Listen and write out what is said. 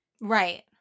right